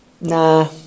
Nah